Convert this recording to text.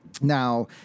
Now